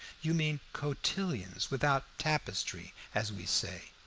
you mean cotillons, without tapestry, as we say.